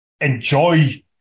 enjoy